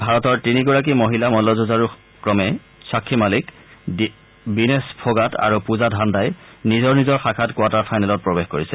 ভাৰতৰ তিনিগৰাকী মহিলা মন্নযুঁজাৰু ক্ৰমে সাক্ষী মালিক দিনেশ ফোগাট আৰু পূজা ধান্দাই নিজৰ নিজৰ শাখাত কোৱাৰ্টাৰ ফাইনেলত প্ৰৱেশ কৰিছে